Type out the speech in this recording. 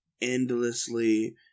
endlessly